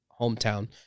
hometown